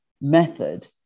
method